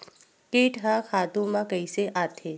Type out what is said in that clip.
कीट ह खातु म कइसे आथे?